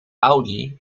audi